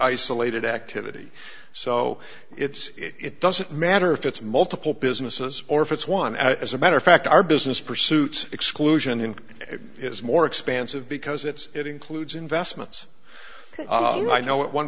isolated activity so it's it doesn't matter if it's multiple businesses or if it's one as a matter of fact our business pursuits exclusion and it is more expansive because it's it includes investments and i know at one